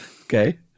Okay